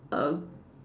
err